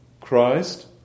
Christ